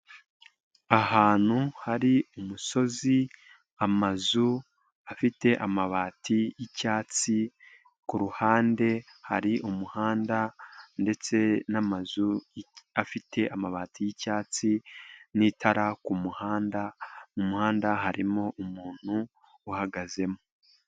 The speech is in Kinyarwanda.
Ahantu hari umusozi, amazu afite amabati y'icyatsi, ku ruhande hari umuhanda ndetse n'amazu afite amabati y'icyatsi n'itara ku muhanda, mu muhanda harimo umuntu uhagazemo.